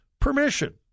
permission